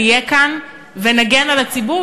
נהיה כאן ונגן על הציבור,